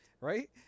right